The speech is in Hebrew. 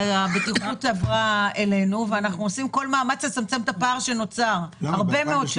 אנחנו עושים כל מאמץ לצמצם את הפער שנוצר במשך הרבה מאוד שנים.